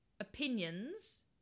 opinions